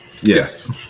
Yes